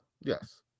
Yes